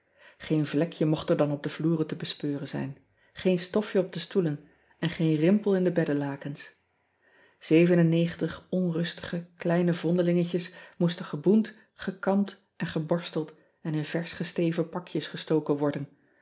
een vlekje mocht er dan op de vloeren te bespeuren zijn geen stofje op de stoelen en geen rimpel in de beddelakens evenennegentig onrustige kleine vondelingetjes moesten geboend gekamd en geborsteld en in versch gesteven pakjes gestoken worden